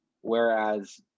whereas